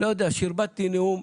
שרבטי נאום.